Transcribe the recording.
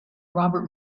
robert